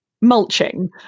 mulching